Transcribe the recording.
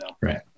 Right